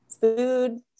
food